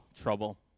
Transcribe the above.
trouble